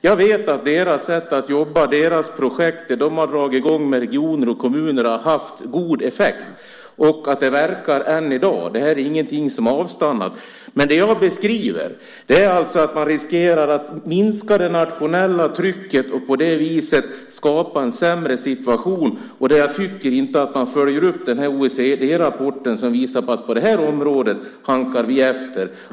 Jag vet att CFL:s sätt att jobba och de projekt som de har dragit i gång i kommuner och regioner har haft god effekt. De verkar än i dag. Det är ingenting som har avstannat. Det jag beskriver är att man riskerar att minska det nationella trycket och på det viset skapa en sämre situation. Jag tycker inte att man följer upp OECD-rapporten, som visar att vi halkar efter på det här området.